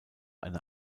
eine